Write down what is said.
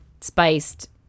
spiced